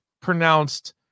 pronounced